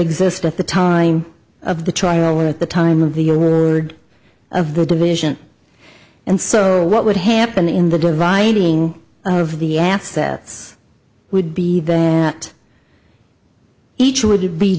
exist at the time of the trial or at the time of the year word of the division and so what would happen in the dividing of the assets would be that each would